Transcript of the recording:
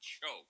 choke